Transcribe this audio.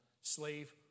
slave